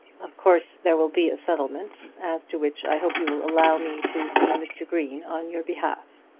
of course there will be a settlement, as to which i hope you will allow me to see mr. green on your behalf.